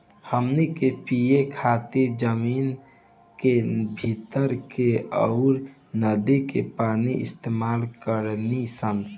हमनी के पिए खातिर जमीन के भीतर के अउर नदी के पानी इस्तमाल करेनी सन